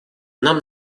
нам